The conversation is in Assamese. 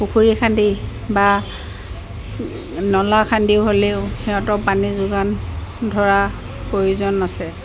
পুখুৰী খান্দি বা নলা খান্দিও হ'লেও সিহঁতক পানী যোগান ধৰা প্ৰয়োজন আছে